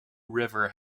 river